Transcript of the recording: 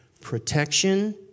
Protection